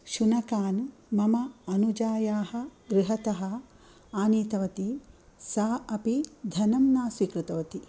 शुनकान् मम अनुजायाः गृहतः आनीतवती सा अपि धनं न स्वीकृतवती